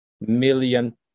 million